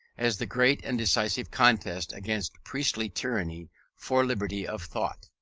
as the great and decisive contest against priestly tyranny for liberty of thought.